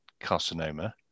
carcinoma